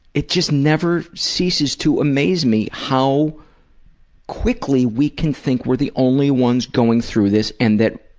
it just never ceases to amaze me how quickly we can think we're the only ones going through this and that